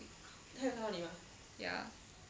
ya